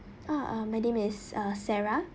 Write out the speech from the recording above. oh uh my name is uh sarah